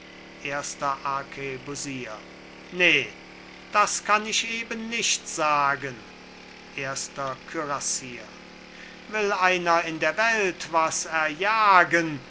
erster arkebusier ne das kann ich eben nicht sagen erster kürassier will einer in der welt was erjagen